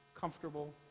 comfortable